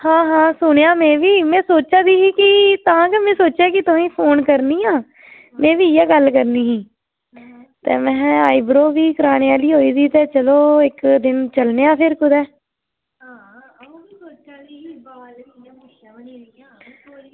आं आं सुनेआ में बी में सोचा दी ही की तां गै में सोचेआ कि तुसेंगी फोन करनी आं में बी इयै गल्ल करनी ही में हां आईब्रो बी कराने आह्ली होई दी ते में हां इक्क दिन चलने आं कुदै